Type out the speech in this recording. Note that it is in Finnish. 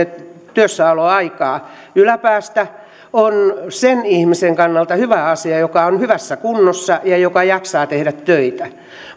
työssäoloaikaa yläpäästä on sen ihmisen kannalta hyvä asia joka on hyvässä kunnossa ja joka jaksaa tehdä töitä